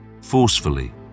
forcefully